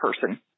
person